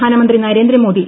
പ്രധാനമന്ത്രി നരേന്ദ്രമോദി